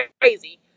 crazy